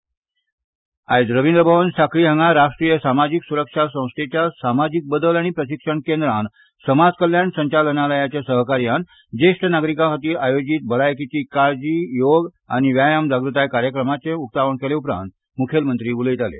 म्ख्यमंत्री आयज रविंद्र भवन साखळी हांगा राष्ट्रीय सामाजीक स्रक्षा संस्थेच्या सामाजीक बदल आनी प्रशिक्षण केंद्रान समाज कल्याण संचालनालयाच्या सहकार्यान ज्येश्ठ नागरिकांखातीर आयोजीत भलायकेची काळजी योगा आनी व्यायाम जाग़ताय कार्यक्रमाचे उकतावण केले उपरांत उलयताना सांगले